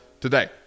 today